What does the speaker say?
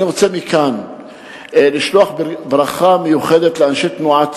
אני רוצה לשלוח מכאן ברכה מיוחדת לאנשי תנועת